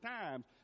times